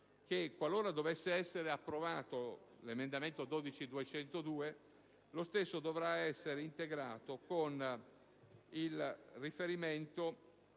che, qualora dovesse essere approvato l'emendamento 12.202, lo stesso dovrà essere integrato con il riferimento